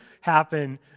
happen